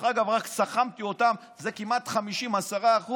רק סכמתי אותם, זה כמעט 50. 10%,